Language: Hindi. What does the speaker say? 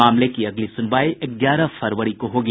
मामले की अगली सुनवाई ग्यारह फरवरी को होगी